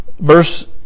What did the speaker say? Verse